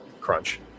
crunch